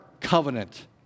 covenant